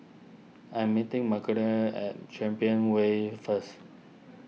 I am meeting at Champion Way first